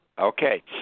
Okay